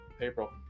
April